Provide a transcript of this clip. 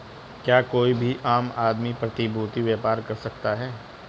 क्या कोई भी आम आदमी प्रतिभूती व्यापार कर सकता है?